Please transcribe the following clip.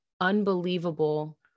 unbelievable